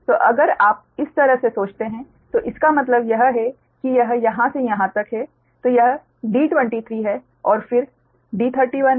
तो अगर आप इस तरह से सोचते हैं तो इसका मतलब यह है कि यह यहाँ से यहाँ तक है तो यह D23 है और फिर D31 है